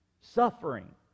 suffering